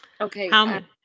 Okay